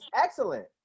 excellent